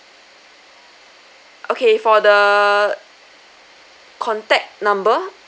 okay for the contact number